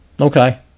Okay